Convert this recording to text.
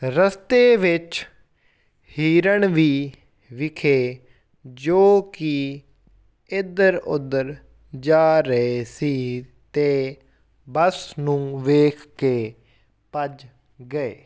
ਰਸਤੇ ਵਿੱਚ ਹਿਰਨ ਵੀ ਵਿਖੇ ਜੋ ਕਿ ਇੱਧਰ ਉੱਧਰ ਜਾ ਰਹੇ ਸੀ ਅਤੇ ਬੱਸ ਨੂੰ ਵੇਖ ਕੇ ਭੱਜ ਗਏ